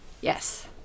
Yes